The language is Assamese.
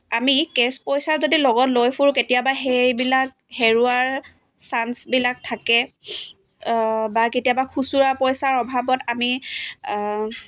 আমি কেশ্ব পইচা যদি লগত লৈ ফুৰোঁ কেতিয়াবা সেইবিলাক হেৰুৱাৰ চাঞ্চবিলাক থাকে বা কেতিয়াবা খুচুৰা পইচাৰ অভাৱত আমি